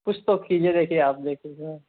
कुछ तो कीजिए देखिए आप देख